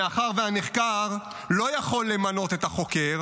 מאחר שהנחקר לא יכול למנות את החוקר,